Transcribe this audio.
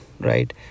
right